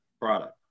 product